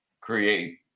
create